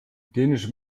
dänische